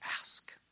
Ask